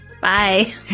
Bye